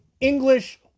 English